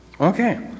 Okay